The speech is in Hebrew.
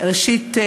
ראשית,